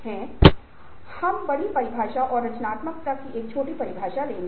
हालांकि रचनात्मकता की एक बड़ी परिभाषा और रचनात्मकता की एक छोटी परिभाषा है